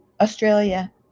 Australia